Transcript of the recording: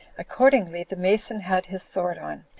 accordingly, the mason had his sword on,